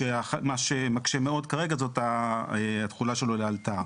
מה שמקשה מאוד כרגע זה התחולה שלו לאלתר.